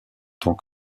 tant